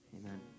Amen